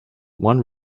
one